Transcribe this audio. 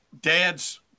dad's